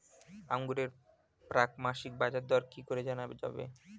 আঙ্গুরের প্রাক মাসিক বাজারদর কি করে জানা যাবে?